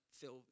feel